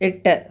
എട്ട്